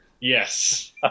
Yes